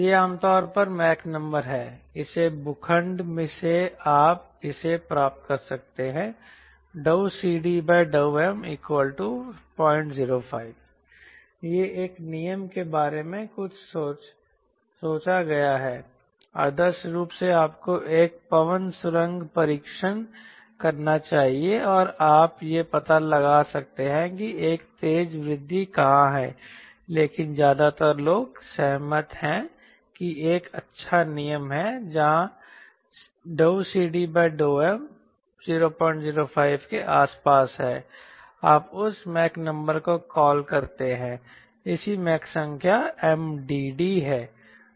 यह आमतौर पर मैक नंबर है इस भूखंड से आप इसे प्राप्त कर सकते हैं CD∂M005 यह एक नियम के बारे में कुछ सोचा गया है आदर्श रूप से आपको एक पवन सुरंग परीक्षण करना चाहिए और आप यह पता लगा सकते हैं कि एक तेज वृद्धि कहां है लेकिन ज्यादातर लोग सहमत हैं कि यह एक अच्छा नियम है जहां CD∂M 005 के आसपास है आप उस मैक नंबर को कॉल करते हैं इसी मैक संख्या MDD है